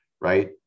Right